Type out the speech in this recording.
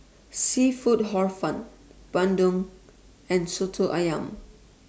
Seafood Hor Fun Bandung and Soto Ayam